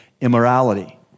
Immorality